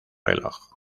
reloj